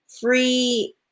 free